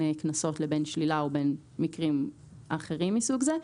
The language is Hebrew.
קנסות לבין שלילה או לבין מקרים אחרים מסוג זה.